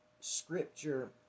Scripture